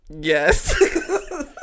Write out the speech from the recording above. yes